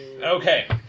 Okay